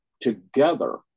together